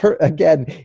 again